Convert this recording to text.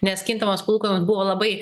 nes kintamos palūkanos buvo labai